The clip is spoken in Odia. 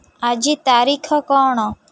ଆଜି ତାରିଖ କ'ଣ